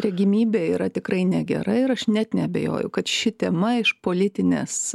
regimybė yra tikrai negera ir aš net neabejoju kad ši tema iš politinės